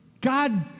God